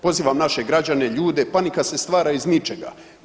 Pozivam naše građane, ljude, panika se stvara iz ničega.